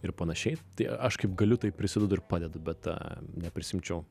ir panašiai tai aš kaip galiu tai prisidedu ir padedu bet ta neprisiimčiau